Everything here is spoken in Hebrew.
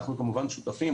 אנחנו כמובן שותפים,